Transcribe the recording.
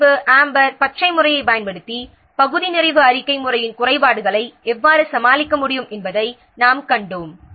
சிவப்பு அம்பர் பச்சை முறையைப் பயன்படுத்தி பகுதி நிறைவு அறிக்கை முறையின் குறைபாடுகளை எவ்வாறு சமாளிக்க முடியும் என்பதை நாங்கள் கண்டோம்